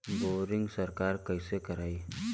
Boring सरकार कईसे करायी?